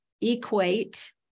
equate